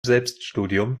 selbststudium